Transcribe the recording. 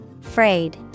Frayed